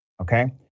okay